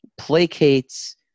placates